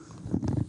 בבקשה.